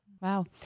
Wow